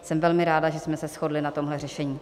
Jsem velmi ráda, že jsme se shodli na tomhle řešení.